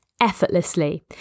effortlessly